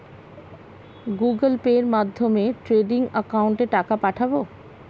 Google পের মাধ্যমে trading একাউন্টে টাকা পাঠাবো?